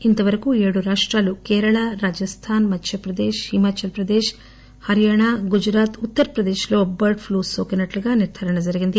ఇంత వరకూ ఏడు రాష్రాలు కేరళ రాజస్దాన్ మధ్యప్రదేశ్ హిమాచల్ ప్రదేశ్ హర్యానా గుజరాత్ ఉత్తరప్రదేశ్ లో బర్డ్ ప్లూ నోకినట్టు నిర్దారణ జరిగింది